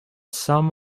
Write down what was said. some